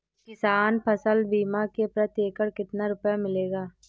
किसान फसल बीमा से प्रति एकड़ कितना रुपया मिलेगा?